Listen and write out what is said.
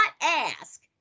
ask